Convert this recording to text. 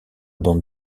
bande